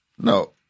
No